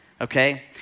okay